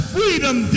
Freedom